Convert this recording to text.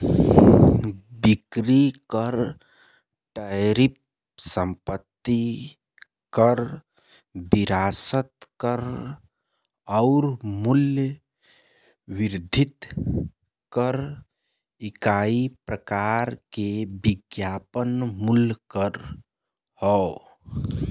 बिक्री कर टैरिफ संपत्ति कर विरासत कर आउर मूल्य वर्धित कर कई प्रकार के विज्ञापन मूल्य कर हौ